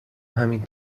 همین